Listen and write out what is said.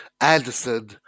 Anderson